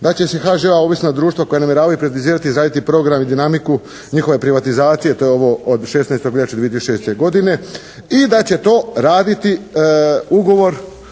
Da će se HŽ-ova ovisna društva koja namjeravaju privatizirati i izraditi program i dinamiku njihove privatizacije. To je ovo od 16. veljače 2006. godine i da će to raditi ugovor,